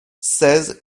seize